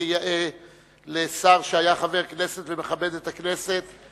כיאה לשר שהיה חבר כנסת ומכבד את הכנסת,